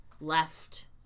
left